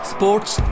Sports